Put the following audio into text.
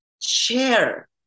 share